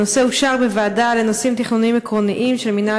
הנושא אושר בוועדה לנושאים תכנוניים עקרוניים של מינהל